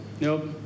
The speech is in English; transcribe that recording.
Nope